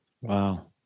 Wow